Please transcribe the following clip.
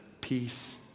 peace